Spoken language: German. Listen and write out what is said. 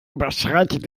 überschreitet